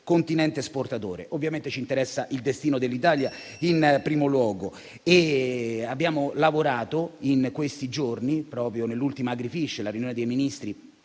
Continente esportatore. Ovviamente ci interessa il destino dell'Italia in primo luogo. Abbiamo lavorato in questi giorni, proprio nell'ultima Agrifish, la riunione dei Ministri